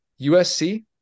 USC